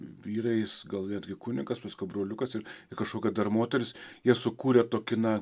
vyrai gal netgi kunigas paskui broliukas ir kažkokia dar moteris jie sukūrė tokį na